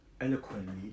eloquently